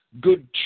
good